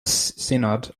synod